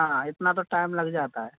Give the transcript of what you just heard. हाँ इतना तो टैम लग जाता है